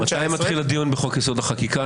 19. מתי מתחיל הדיון בחוק-יסוד: החקיקה,